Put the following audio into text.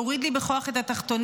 הוריד לי בכוח את התחתונים,